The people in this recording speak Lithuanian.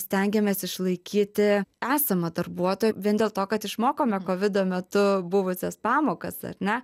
stengiamės išlaikyti esamą darbuotoją vien dėl to kad išmokome kovido metu buvusias pamokas ar ne